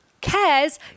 cares